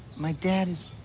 my dad is,